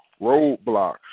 roadblocks